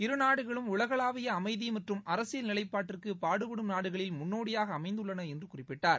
இருநாடுகளும் உலகளாவிய அமைதி மற்றும் அரசியல் நிலைப்பாட்டிற்கு பாடுபடும் நாடுகளில் முன்னோடியாக அமைந்துள்ளன என்று குறிப்பிட்டார்